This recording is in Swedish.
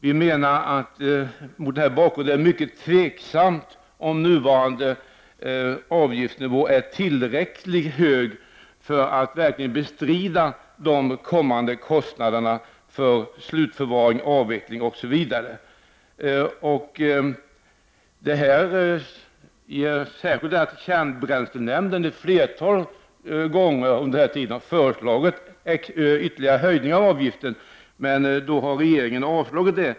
Mot denna bakgrund är det mycket osäkert om nuvarande avgiftsnivå är tillräckligt hög för att verkligen bestrida de kommande kostnaderna för slutförvaring, avveckling, osv. Det här har gjort att kärnbränslenämnden ett flertal gånger under denna tid har föreslagit ytterligare höjningar av avgiften, men då har regeringen avslagit det.